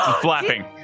Flapping